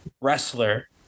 wrestler